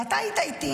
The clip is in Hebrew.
אתה היית איתי.